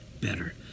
better